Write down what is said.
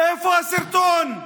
איפה הסרטון?